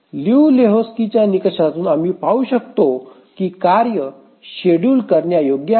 लिऊ लेहोक्स्कीच्या निकषातून आम्ही पाहू शकतो की कार्ये शेड्यूल करण्यायोग्य आहेत